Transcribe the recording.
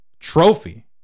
trophy